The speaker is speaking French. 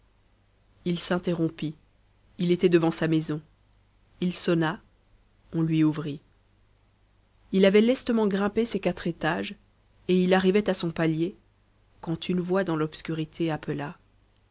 il s'interrompit il était devant sa maison il sonna on lui ouvrit il avait lestement grimpé ses quatre étages et il arrivait à son palier quand une voix dans l'obscurité appela